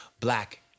Black